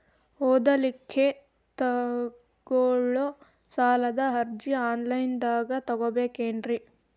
ಓದಲಿಕ್ಕೆ ತಗೊಳ್ಳೋ ಸಾಲದ ಅರ್ಜಿ ಆನ್ಲೈನ್ದಾಗ ತಗೊಬೇಕೇನ್ರಿ?